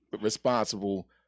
responsible